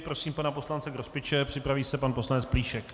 Prosím pana poslance Grospiče, připraví se pan poslanec Plíšek.